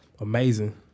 amazing